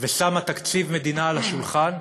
ושמה תקציב מדינה על השולחן,